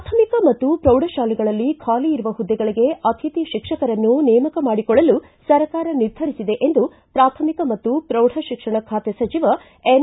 ಪ್ರಾಥಮಿಕ ಮತ್ತು ಪ್ರೌಢಶಾಲೆಗಳಲ್ಲಿ ಖಾಲಿ ಇರುವ ಹುದ್ದೆಗಳಿಗೆ ಅತಿಥಿ ಶಿಕ್ಷಕರನ್ನು ನೇಮಕ ಮಾಡಿಕೊಳ್ಳಲು ಸರ್ಕಾರ ನಿರ್ಧರಿಸಿದೆ ಎಂದು ಪ್ರಾಥಮಿಕ ಮತ್ತು ಪ್ರೌಢಶಿಕ್ಷಣ ಖಾತೆ ಸಚಿವ ಎನ್